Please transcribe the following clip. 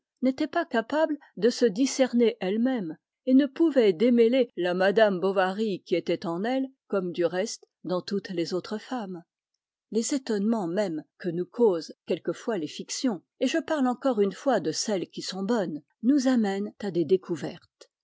n'était pas capable de se discerner elle-même et ne pouvait démêler la madame bovary qui était en elle comme du reste dans toutes les autres femmes les étonnements mêmes que nous causent quelquefois les fictions et je parle encore une fois de celles qui sont bonnes nous amènent à des découvertes